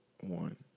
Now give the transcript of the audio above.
One